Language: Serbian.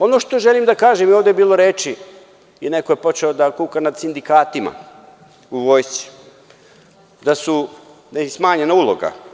Ono što želim da kažem, ovde je bilo reči i neko je počeo da kuka nad sindikatima u vojsci, da im je smanjena uloga.